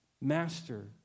master